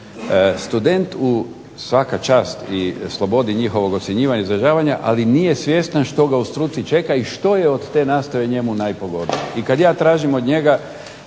Student u svaka čast i slobodi njihovog ocjenjivanja i izražavanja, ali nije svjestan što ga u struci čeka i što je od te nastave njemu najpogodnije. I kada ja tražim od njega